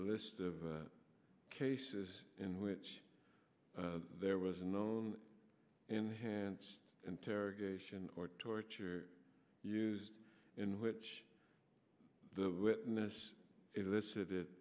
list of cases in which there was a known enhanced interrogation or torture used in which the witness elicited